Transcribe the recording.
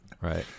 Right